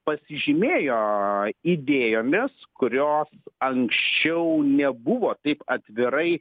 pasižymėjo idėjomis kurios anksčiau nebuvo taip atvirai